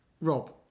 Rob